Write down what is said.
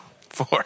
Four